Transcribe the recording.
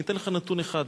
אני אתן לך נתון אחד,